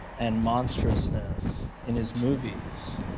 and monstrousness in his movies.